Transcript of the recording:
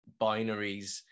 binaries